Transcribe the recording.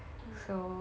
mmhmm